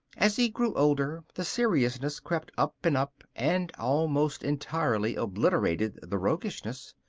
as he grew older, the seriousness crept up and up and almost entirely obliterated the roguishness.